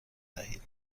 دهید